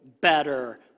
better